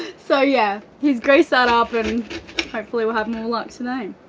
so yeah he's greased that up, and hopefully we'll have more luck today.